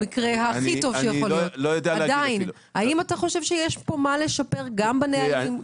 האם אתה חושב שיש מה לשפר בנהלים?